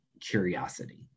curiosity